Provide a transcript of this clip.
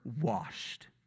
washed